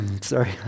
sorry